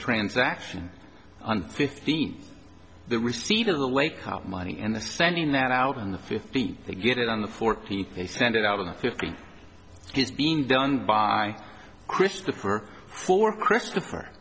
transaction on fifteen the receipt of the wake up money and the sending that out in the fifteenth they get it on the fourteenth they send it out on the fifteenth it's been done by christopher for christopher